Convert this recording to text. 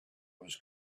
was